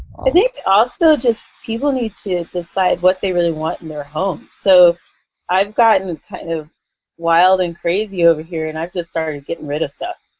i think also just people need to decide what they really want in their homes. so i've gotten kind and of wild and crazy over here and i've just started getting rid of stuff.